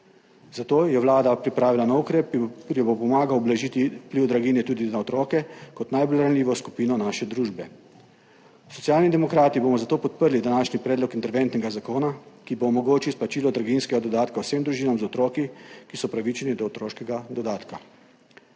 Zato je vlada pripravila nov ukrep, ki bo pomagal ublažiti vpliv draginje tudi za otroke kot najbolj ranljivo skupino naše družbe. Socialni demokrati bomo zato podprli današnji predlog interventnega zakona, ki bo omogočil izplačilo draginjskega dodatka vsem družinam z otroki, ki so upravičeni do otroškega dodatka.